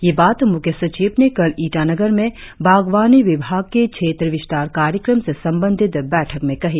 ये बात मुख्य सचिव ने कल ईटानगर में बागवानी विभाग के क्षेत्र विस्तार कार्यक्रम से संबंधित बैठक में कही